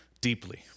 deeply